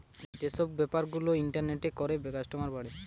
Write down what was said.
যে সব বেপার গুলা ইন্টারনেটে করে কাস্টমার বাড়ে